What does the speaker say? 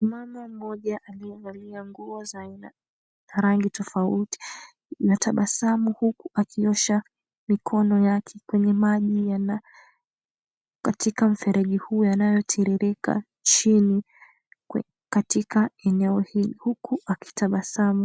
Mama mmoja aliyevalia nguo za aina ya rangi tofauti. Anatabasamu huku akiosha mikono yake kwenye maji katika mfereji huu yanayotiririka chini katika eneo hili huku akitabasamu.